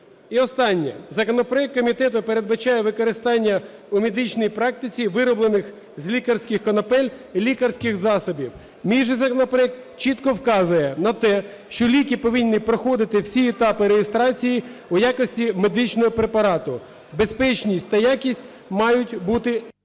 останнє. Законопроект комітету передбачає використання у медичній праці вироблених з лікарських конопель лікарських засобів. Мій же законопроект чітко вказує на те, що ліки повинні проходити всі етапи реєстрації у якості медичного препарату. Безпечність та якість мають бути… ГОЛОВУЮЧИЙ.